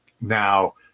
Now